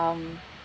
um